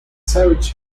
savage